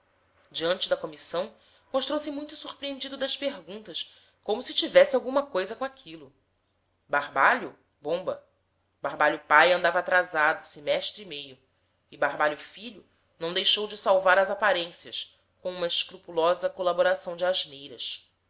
diante da comissão mostrou-se muito surpreendido das perguntas como se tivesse alguma coisa com aquilo barbalho bomba barbalho pai andava atrasado semestre e meio e barbalho filho não deixou de salvar as aparências com uma escrupulosa colaboração de asneiras